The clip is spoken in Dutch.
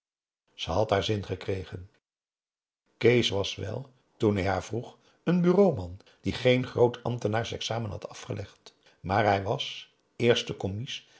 ze had haar zin gekregen kees was wel toen hij haar vroeg een bureau man die geen groot ambtenaars examen had afgelegd maar hij was eerste commies